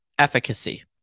Efficacy